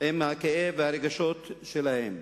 עם הכאב והרגשות שלהם.